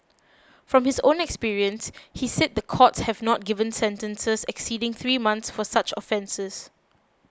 from his own experience he said the courts have not given sentences exceeding three months for such offences